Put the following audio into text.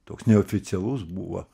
toks neoficialus buvo